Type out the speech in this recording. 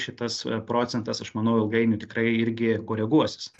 šitas procentas aš manau ilgainiui tikrai irgi koreguosis